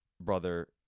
brother